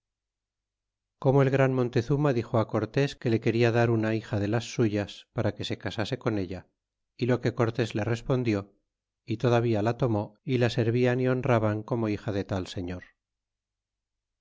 como el gran montezurna dixo cortés que le quería dar una hija de las suyas para que se casase con ella y lo que cortés le respondió y todavía la tomó y la servían y honraban comn bij a de tal serior